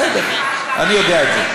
בסדר, אני יודע את זה.